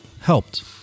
helped